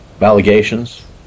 allegations